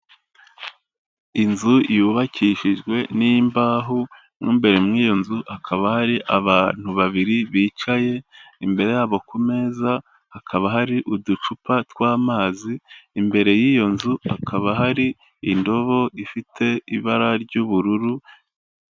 Inzu yubakishijwe n'imbaho mo imbere muri iyo nzu hakaba hari abantu babiri bicaye imbere yabo ku meza hakaba hari uducupa tw'amazi, imbere y'iyo nzu hakaba hari indobo ifite ibara ry'ubururu.